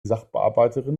sachbearbeiterin